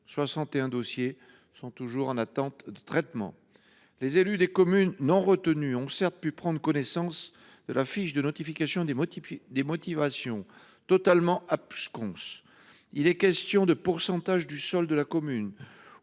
61 dossiers sont toujours en attente de traitement. Les élus des communes non retenues ont, certes, pu prendre connaissance de la fiche de notification des motivations, mais celle ci est totalement absconse. Il y est question de pourcentage du sol de la commune